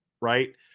right